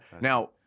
Now